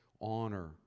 honor